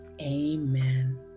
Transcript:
amen